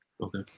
Okay